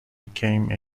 became